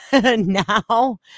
now